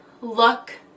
look